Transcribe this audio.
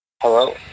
Hello